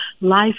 life